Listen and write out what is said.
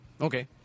Okay